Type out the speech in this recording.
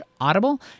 audible